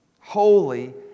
Holy